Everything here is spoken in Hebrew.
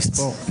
הצבעה לא אושרו.